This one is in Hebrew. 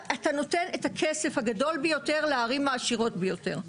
אתה נותן את הכסף הגדול ביותר לערים העשירות ביותר.